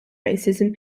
racism